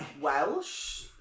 Welsh